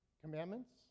commandments